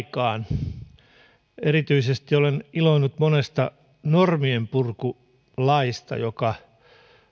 paljon hyvää aikaan erityisesti olen iloinnut monesta normienpurkulaista joka